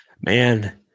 Man